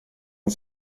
and